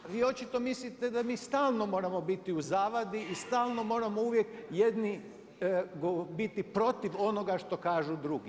Vi očito mislite da mi stalno moramo biti u zavadi i stalno moramo uvijek jedni biti protiv onoga što kažu drugi.